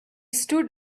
stood